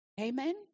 Amen